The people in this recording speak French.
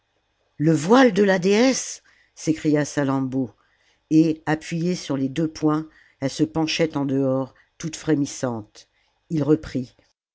le voile de la déesse s'écria salammbô et appuyée sur les deux poings elle se penchait en dehors toute frémissante ii reprit